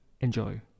Enjoy